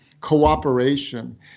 cooperation